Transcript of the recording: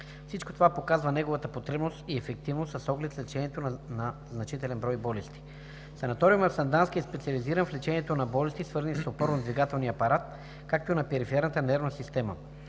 Всичко това показва неговата потребност и ефективност с оглед лечението на значителен брой болести. Санаториумът в Сандански е специализиран в лечението на болести, свързани с опорно-двигателния апарат, както и на периферната нервна система.